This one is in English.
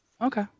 Okay